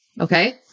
Okay